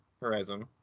Horizon